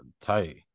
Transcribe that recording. tight